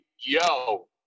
yo